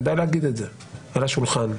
כדאי להגיד את זה על השולחן,